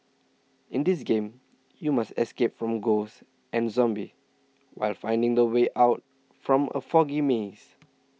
in this game you must escape from ghosts and zombies while finding the way out from a foggy maze